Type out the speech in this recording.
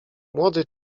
młody